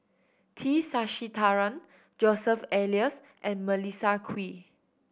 T Sasitharan Joseph Elias and Melissa Kwee